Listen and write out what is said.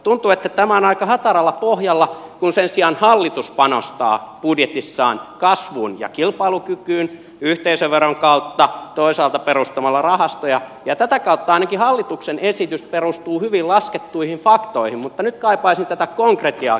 tuntuu että tämä on aika hataralla pohjalla kun sen sijaan hallitus panostaa budjetissaan kasvuun ja kilpailukykyyn yhteisöveron kautta toisaalta perustamalla rahastoja ja tätä kautta ainakin hallituksen esitys perustuu hyvin laskettuihin faktoihin mutta nyt kaipaisin tätä konkretiaa keskustan esitykseen